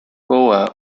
goa